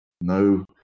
no